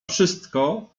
wszystko